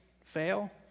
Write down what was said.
fail